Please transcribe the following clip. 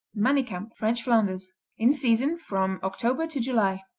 manicamp french flanders in season from october to july.